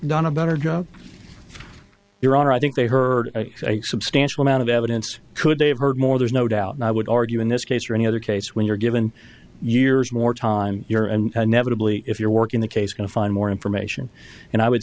done a better job your honor i think they heard a substantial amount of evidence could they have heard more there's no doubt and i would argue in this case or any other case when you're given years more time your and inevitably if you're working the case can find more information and i would